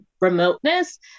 remoteness